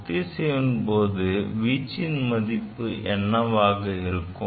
ஒத்திசைவின் போது வீச்சின் மதிப்பு என்னவாக இருக்கும்